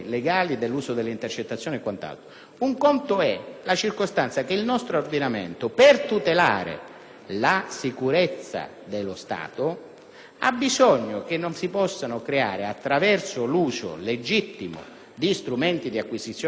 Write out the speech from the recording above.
conto è la circostanza che il nostro ordinamento, per tutelare la sicurezza dello Stato, attraverso l'uso legittimo di strumenti di acquisizione probatoria come le intercettazioni,